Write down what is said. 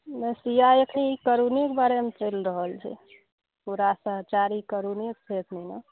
नहि सुइया एखनी करोनोके बारेमे चलि रहल छै पूरा सहचारी करोनोके फेसमे नहि